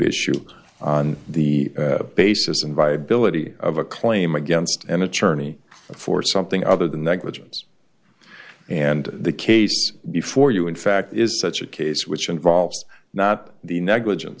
issue on the basis and viability of a claim against an attorney for something other than negligence and the case before you in fact is such a case which involves not the negligence